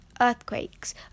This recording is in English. earthquakes